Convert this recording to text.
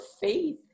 faith